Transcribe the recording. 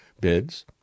bids